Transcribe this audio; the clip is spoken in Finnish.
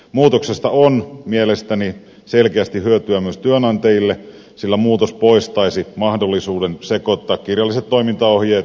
muutoksesta on mielestäni selkeästi hyötyä myös työnantajille sillä muutos poistaisi mahdollisuuden sekoittaa kirjalliset toimintaohjeet suositusluontoisiin ohjeisiin